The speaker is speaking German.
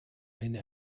eine